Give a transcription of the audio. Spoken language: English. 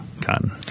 cotton